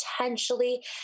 potentially